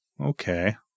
Okay